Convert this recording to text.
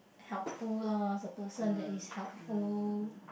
helpful loh the person that is helpful